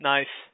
Nice